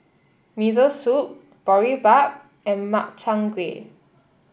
Miso Soup Boribap and Makchang Gui